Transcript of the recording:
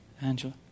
Angela